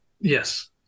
Yes